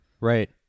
Right